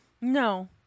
No